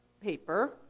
paper